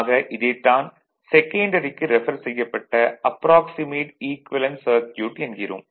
ஆக இதைத்தான் செகன்டரிக்கு ரெஃபர் செய்யப்பட்ட அப்ராக்சிமேட் ஈக்குவெலன்ட் சர்க்யூட் என்கிறோம்